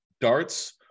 darts